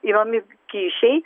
įmami kyšiai